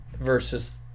versus